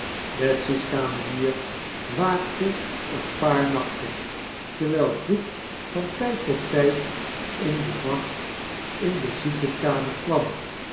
betsy's kamenier waakte een paar nachten terwijl duke van tfld tot tjd in den nacht in de ziekenkamer kwam